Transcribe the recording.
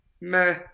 meh